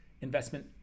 investment